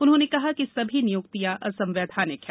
उन्होंने कहा है कि सभी नियुक्तियां असंवैधानिक है